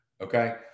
Okay